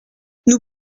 nous